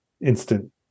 instant